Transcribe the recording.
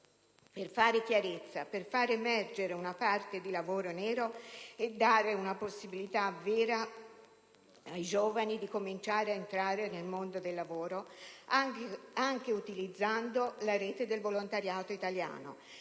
per fare chiarezza, facendo emergere una parte di lavoro nero e dando una possibilità vera ai giovani di cominciare a entrare nel mondo del lavoro, anche utilizzando la rete del volontariato italiano